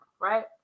right